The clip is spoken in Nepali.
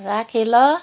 राखेँ ल